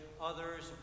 others